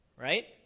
right